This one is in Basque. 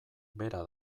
bera